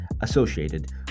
associated